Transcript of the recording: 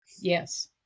Yes